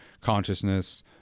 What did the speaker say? consciousness